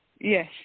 Yes